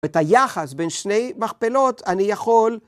את היחס בין שני מכפלות, אני יכול...